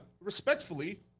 Respectfully